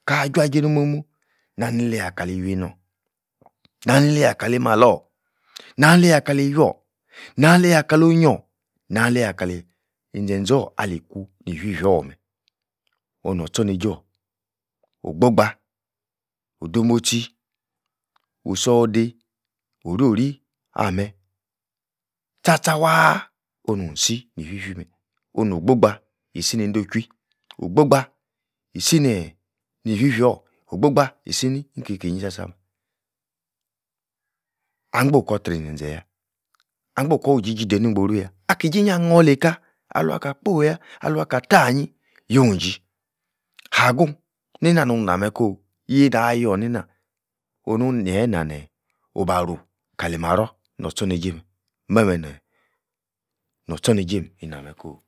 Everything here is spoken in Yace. no'h mo'hmu, nani-ileiha kali-iwiei nor nani-ileiha kali-malor, nani-leiha kali-iwior, nani leiha kalor onyionh. nani-leiba kali inzen-zor ali kui ni-ifi fior meh-onor-tchorneijor ogoborgbah odemotsi osodei orori ah-meh tcha-tcha waaah onun-si ni-ifi-fi meh, ono'h gbogbah isi-nei do chwui, ogbogbah isi neeeh ni-fifior ogbogbah isi niki-nyi-ki-nyi tcha-tcha meh angbo, kor-tri zen-zen yah, angbo ko-iji-iji dei-ingboru yah deini-ingboru-yah, aki-ji-ni any-or-lei kei alua-kah-kpo yah aluaka-tah-nyi yiu-ji, haguhn, neina-nun-nah meh ko'h yei-nah-yor ineina, onu-nie-nah neeeh obaru kali-marror nor-tchorneijei meh meh-meh neeh ortchorneijei ina-meh ko'h